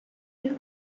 you